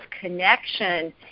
connection